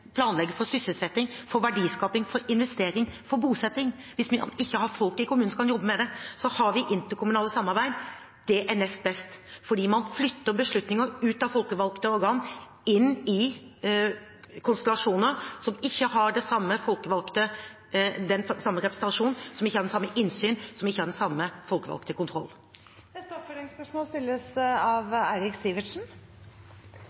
ikke har folk i kommunene som kan jobbe med det? Vi har interkommunale samarbeid. Det er nest best, for man flytter beslutninger ut av folkevalgte organ og inn i konstellasjoner som ikke har den samme representasjonen, det samme innsynet og den samme folkevalgte kontrollen. Det blir oppfølgingsspørsmål – Eirik Sivertsen. Som folkevalgt fra Helgeland vet jeg at det bor veldig mange flinke mennesker der. Det er ikke